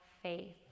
faith